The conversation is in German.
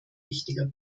wichtiger